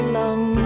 long